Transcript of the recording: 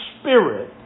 Spirit